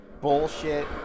bullshit